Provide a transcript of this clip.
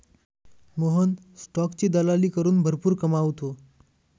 मोहन स्टॉकची दलाली करून भरपूर कमावतो